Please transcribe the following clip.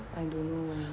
I don't know